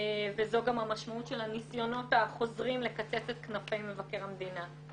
וזאת המשמעות של הניסיונות החוזרים לקצץ את כנפי מבקר המדינה.